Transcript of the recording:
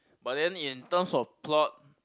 but then in terms of plot